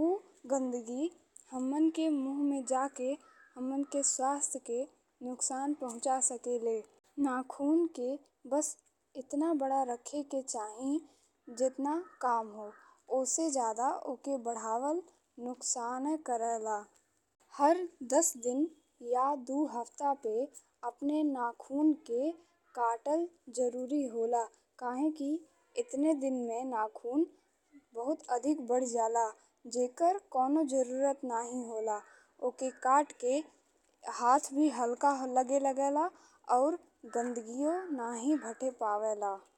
ऊ गंदगी हम्मन के मुंह में जाके हम्मन के स्वास्थ्य के नुकसान पहुँचा सकले। नखून के बस एतना बड़ा रखेके चाही जेतना कम हो ओसे जादा ओके बढ़ावल नुकसानइ करेला। हर दस दिन या दू हफ्ता पे अपने नखून के कटल जरूरी होला काहेकी एतने दिन में नखून बहुत अधिक बढ़ी जाला जेकर कउनो जरूरत नहीं होला। ओके कट के हाथ भी हल्का लगे लागेला और गंदगियो नहीं भाथे पावे ला।